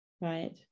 Right